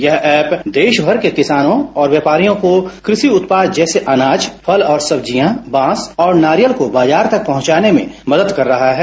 यह ऐप देशभर के किसानों और व्यापारियों को कृषि उत्पाद जैसे अनाज फल और सब्जियां बांस और नारियल को बाजार तक पहुंचाने में मदद कर रहा है